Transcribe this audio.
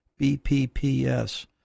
BPPS